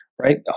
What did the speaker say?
Right